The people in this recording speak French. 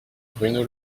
bruno